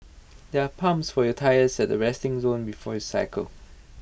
there are pumps for your tyres at the resting zone before you cycle